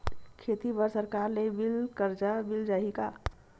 खेती बर सरकार ले मिल कर्जा मिल जाहि का?